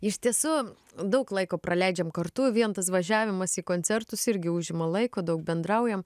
iš tiesų daug laiko praleidžiam kartu vien tas važiavimas į koncertus irgi užima laiko daug bendraujam